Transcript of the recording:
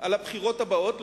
על הבחירות הבאות,